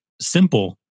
simple